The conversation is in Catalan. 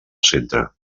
centre